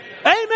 Amen